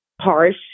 harsh